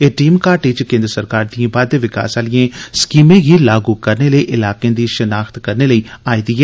एह टीम घाटी च केन्द्र सरकार दियें बाद्दे विकास आलियें स्कीमें गी लागू करने लेई इलाकें दी शनाख्त करने लेई आई दी ऐ